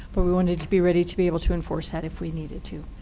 but we wanted to be ready to be able to enforce that if we needed to.